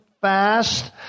fast